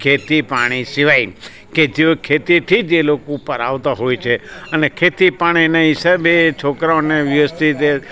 ખેતી પાણી સિવાય કે જેઓ ખેતીથી એ લોકો ઉપર આવતા હોય છે અને ખેતી પણ એના હિસાબે એ છોકરાઓને વ્યવસ્થિત રીતે